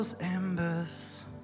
embers